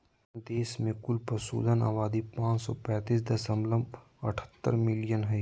देश में कुल पशुधन आबादी पांच सौ पैतीस दशमलव अठहतर मिलियन हइ